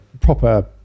proper